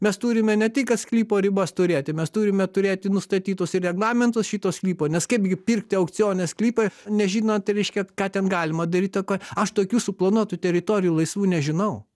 mes turime ne tik kad sklypo ribas turėti mes turime turėti nustatytus ir reglamentus šito sklypo nes kaip gi pirkti aukcione sklypą nežinant reiškia ką ten galima daryt o ką aš tokių suplanuotų teritorijų laisvų nežinau